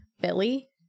Billy